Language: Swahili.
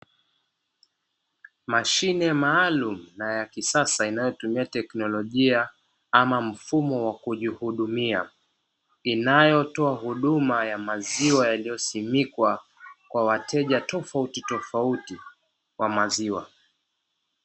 Mashine maalumu na ya kisasa inayotumia teknolojia ama mfumo wa kujihudumia, inayotoa huduma ya maziwa yaliyosindikwa kwa wateja tofauti tofauti wa maziwa.